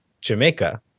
Jamaica